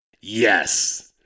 Yes